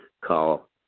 Call